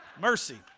Mercy